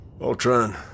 Ultron